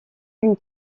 une